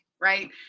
right